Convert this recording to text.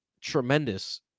tremendous